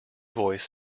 voice